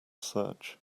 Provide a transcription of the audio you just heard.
search